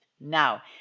Now